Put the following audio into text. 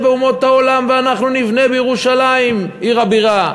באומות העולם ואנחנו נבנה בירושלים עיר הבירה.